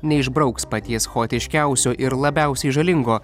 neišbrauks paties chaotiškiausio ir labiausiai žalingo